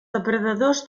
depredadors